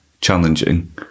challenging